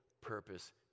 purpose